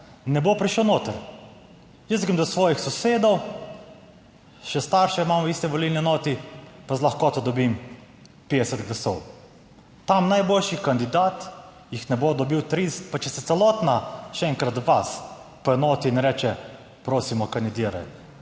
ne bo prišel noter. Jaz grem do svojih sosedov, še starše imam v isti volilni enoti, pa z lahkoto dobim 50 glasov, tam jih najboljši kandidat ne bo dobil 30, pa če se celotna vas poenoti in reče, prosimo, kandidiraj.